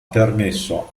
permesso